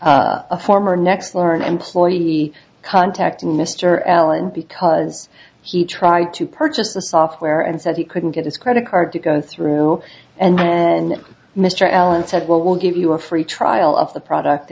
to a former next lauren employee contacting mr allen because he tried to purchase the software and said he couldn't get his credit card to go through and i and mr allen said well we'll give you a free trial of the product